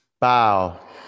bow